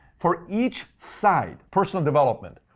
for each side, personal development.